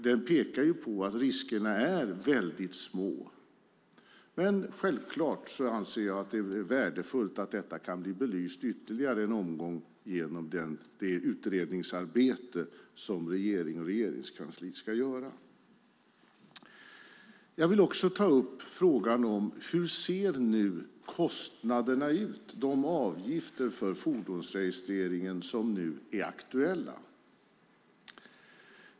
Den pekar på att riskerna är väldigt små. Men självklart anser jag att det är värdefullt att detta kan ytterligare en omgång kan bli belyst genom det utredningsarbete som regeringen och Regeringskansliet ska göra. Sedan gäller det frågan om hur det ser ut beträffande kostnaderna, de avgifter för fordonsregistreringen som nu är aktuella.